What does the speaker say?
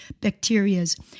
bacterias